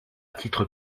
titre